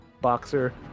boxer